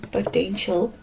Potential